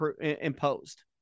imposed